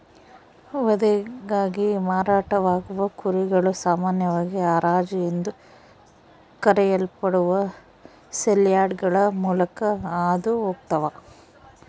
ವಧೆಗಾಗಿ ಮಾರಾಟವಾಗುವ ಕುರಿಗಳು ಸಾಮಾನ್ಯವಾಗಿ ಹರಾಜು ಎಂದು ಕರೆಯಲ್ಪಡುವ ಸೇಲ್ಯಾರ್ಡ್ಗಳ ಮೂಲಕ ಹಾದು ಹೋಗ್ತವ